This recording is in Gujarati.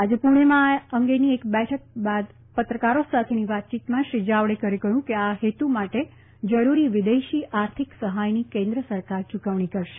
આજે પૂણેમાં આ અંગેની એક બેઠક બાદ પત્રકારો સાથેની વાતચીતમાં શ્રી જાવડેકરે કહ્યું કે આ હેતુ માટે જરૂરી વિદેશી આર્થિક સહાયની કેન્દ્ર સરકાર યૂકવણી કરશે